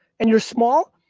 and you're small,